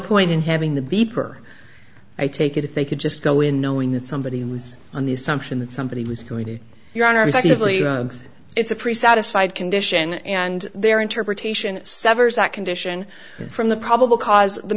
point in having the beeper i take it if they could just go in knowing that somebody was on the assumption that somebody was going to your honor effectively it's a pretty satisfied condition and their interpretation severs that condition from the probable cause the